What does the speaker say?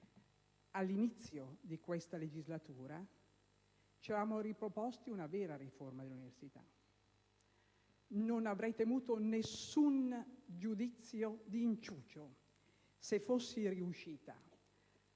all'inizio di questa legislatura, ci eravamo riproposte una vera riforma dell'università. Non avrei temuto nessun giudizio di inciucio se fossi riuscita